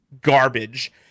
garbage